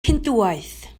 hindŵaeth